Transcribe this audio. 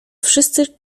wszyscy